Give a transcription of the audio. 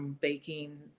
baking